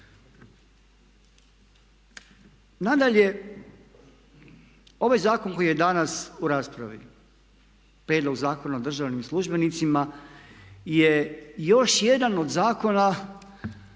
Nadalje, ovaj zakon koji je danas u raspravi, prijedlog Zakona o državnim službenicima je još jedan od zakona